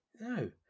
No